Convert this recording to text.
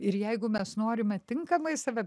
ir jeigu mes norime tinkamai save